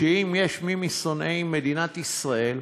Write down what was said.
שאם יש מי משונאי מדינת ישראל,